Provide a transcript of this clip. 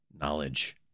knowledge